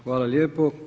Hvala lijepo.